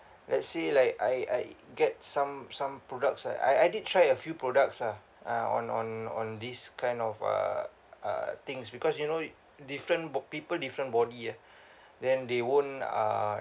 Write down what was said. let's say like I I get some some products ah I I did try a few products ah uh on on on these kind of uh uh things because you know different bo~ people different body ah then they won't uh